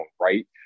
right